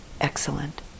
excellent